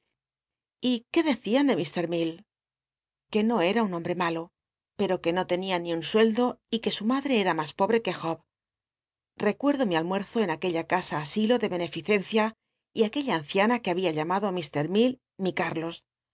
y fjiiú clecian de ir jlell que no era un hombre malo pero que no tenia ni un ucldo y que su madre ea mas pobre que job llccuerclo mi almuerzo en aquella casa asilo de beneficencia y ac uella anciana que babia llamado i